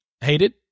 hated